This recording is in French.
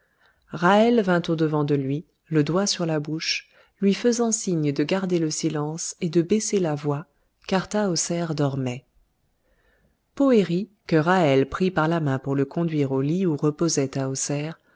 vint au-devant de lui le doigt sur la bouche lui faisant signe de garder le silence et de baisser la voix car tahoser dormait poëri que ra'hel prit par la main pour le conduire au lit où reposait